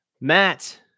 Matt